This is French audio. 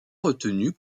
retenu